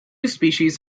species